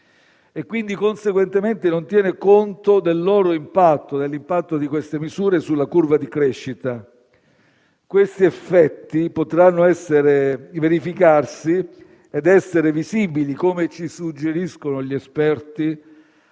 e quindi, conseguentemente, non tiene conto dell'impatto di queste misure sulla curva di crescita. Questi effetti potranno verificarsi ed essere visibili, come ci suggeriscono gli esperti,